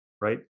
right